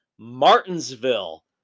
martinsville